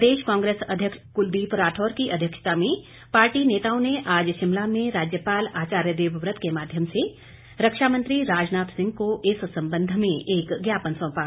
प्रदेश कांग्रेस अध्यक्ष कृलदीप राठौर की अध्यक्षता में पार्टी नेताओं ने आज शिमला में राज्यपाल आचार्य देवव्रत के माध्यम से रक्षा मंत्री राजनाथ सिंह को इस संबंध में एक ज्ञापन सौंपा